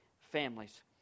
families